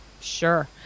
Sure